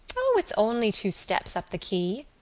o, it's only two steps up the quay.